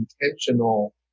intentional